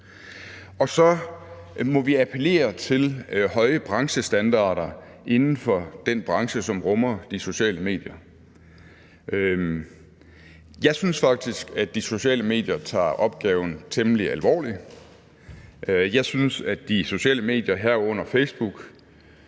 Og så må vi appellere til høje branchestandarder inden for den branche, som rummer de sociale medier. Jeg synes faktisk, at de sociale medier tager opgaven temmelig alvorligt. Jeg synes, at de sociale medier, herunder Facebook,